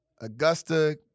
Augusta